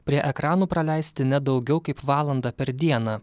prie ekranų praleisti ne daugiau kaip valandą per dieną